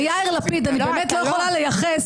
ליאיר לפיד אני באמת לא יכולה לייחס